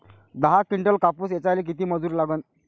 दहा किंटल कापूस ऐचायले किती मजूरी लागन?